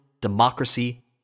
democracy